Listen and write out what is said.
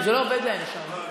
זה לא עובד להם שם,